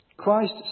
Christ